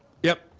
yep